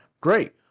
great